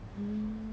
mm